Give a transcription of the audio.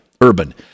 Urban